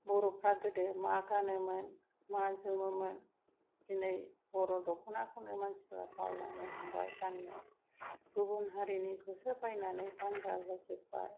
बर'फ्रा गोदो मा गानोमोन मा जोमोमोन दिनै बर' दख'नाखौनो मानसिफ्रा बावबाय बावनो हमबाय गाननो गुबुन हारिनिखौसो बायनानै गानग्रा जाजोबबाय